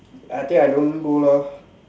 I think I don't go lah